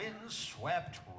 windswept